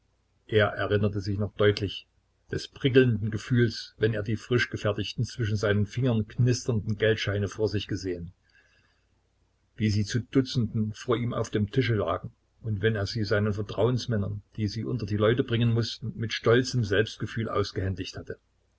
er erinnerte sich noch deutlich des prickelnden gefühls wenn er die frischgefertigten zwischen seinen fingern knisternden geldscheine vor sich gesehen wie sie zu dutzenden vor ihm auf dem tische lagen und wenn er sie seinen vertrauensmännern die sie unter die leute bringen mußten mit stolzem selbstgefühl ausgehändigt hatte